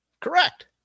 Correct